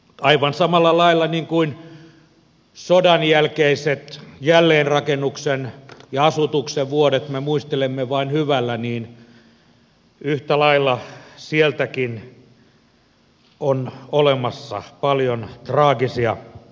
aivan samalla lailla kuin sodan jälkeisiä jälleenrakennuksen ja asutuksen vuosia me muistelemme vain hyvällä niin yhtä lailla sieltäkin on olemassa paljon traagisia järkyttäviä ihmiskohtaloita